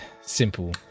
Simple